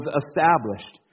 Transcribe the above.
established